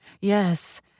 Yes